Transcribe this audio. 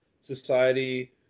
society